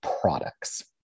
products